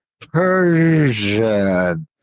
Persian